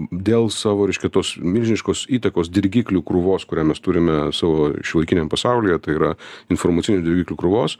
dėl savo reiškia tos milžiniškos įtakos dirgiklių krūvos kurią mes turime savo šiuolaikiniam pasaulyje tai yra informacinių dirgiklių krūvos